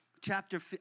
chapter